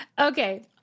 Okay